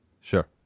Sure